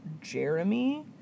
Jeremy